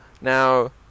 Now